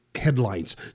headlines